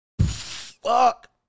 Fuck